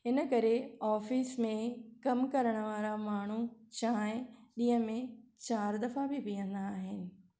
हिन करे ऑफ़िस में कमु करणु वारा माण्हू चांहि ॾींहं में चारि दफ़ा बि पीअंदा आहिनि